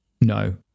no